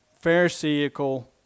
pharisaical